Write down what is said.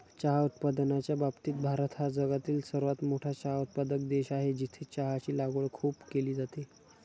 चहा उत्पादनाच्या बाबतीत भारत हा जगातील सर्वात मोठा चहा उत्पादक देश आहे, जिथे चहाची लागवड खूप केली जाते